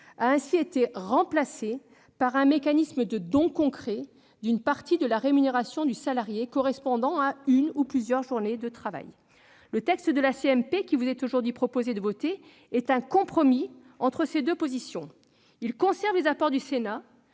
a ainsi été remplacé par un mécanisme de don concret d'une partie de la rémunération du salarié correspondant à une ou plusieurs journées de travail. Le texte de la commission mixte paritaire qu'il vous est aujourd'hui proposé de voter est un compromis entre ces deux positions. Il conserve les apports du Sénat